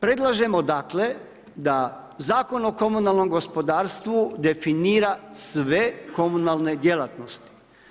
Predlažemo dakle da Zakon o komunalnom gospodarstvu definira sve komunalne djelatnosti.